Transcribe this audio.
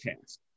task